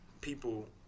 people